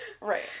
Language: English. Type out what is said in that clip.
right